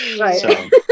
right